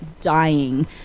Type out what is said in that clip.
dying